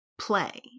play